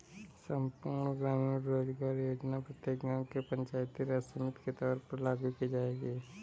संपूर्ण ग्रामीण रोजगार योजना प्रत्येक गांव के पंचायती राज समिति के तौर पर लागू की जाएगी